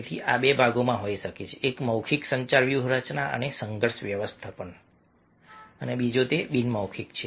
તેથી આ બે ભાગોમાં હોઈ શકે છે એક મૌખિક સંચાર વ્યૂહરચના અને સંઘર્ષ વ્યવસ્થાપન માટે અને બીજો તે બિનમૌખિક છે